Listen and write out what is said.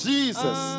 Jesus